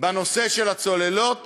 בנושא הצוללות